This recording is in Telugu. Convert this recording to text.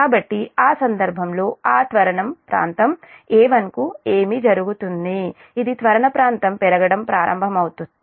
కాబట్టి ఆ సందర్భంలో ఆ త్వరణం ప్రాంతం A1 కు ఏమి జరుగుతుంది ఇది త్వరణం ప్రాంతం పెరగడం ప్రారంభమవుతుంది